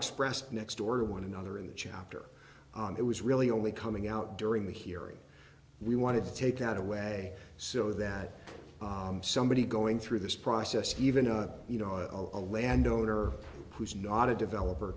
expressed next door to one another in the chapter it was really only coming out during the hearing we wanted to take out a way so that somebody's going through this process even if you know of a landowner who's not a developer